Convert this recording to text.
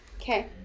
Okay